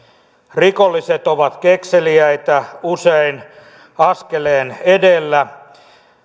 rikolliset ovat kekseliäitä usein askeleen edellä